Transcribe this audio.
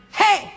hey